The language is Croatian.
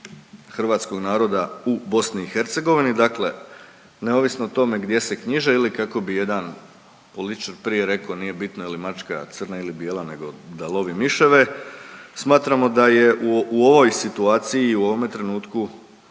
hrvatskog naroda u BiH, dakle neovisno o tome gdje se knjiže ili kako bi jedan političar prije reko, nije bitno je li mačka crna ili bijela nego da lovi miševe, smatramo da je u ovoj situaciji i u ovome trenutku